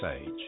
Age